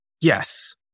yes